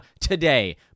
today